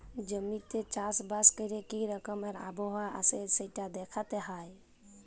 জমিতে চাষ বাস ক্যরলে কি রকম আবহাওয়া আসে সেটা দ্যাখতে হ্যয়